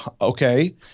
okay